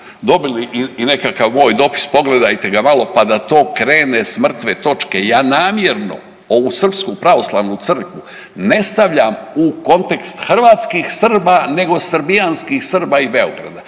dobili i nekakav moj dopis. Pogledajte ga malo, pa da to krene s mrtve točke. Ja namjerno ovu Srpsku pravoslavnu crkvu ne stavljam u kontekst hrvatskih Srba, nego srbijanskih Srba i Beograda.